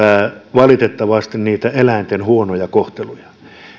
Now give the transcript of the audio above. valitettavasti niitä eläinten huonoja kohteluja